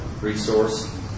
resource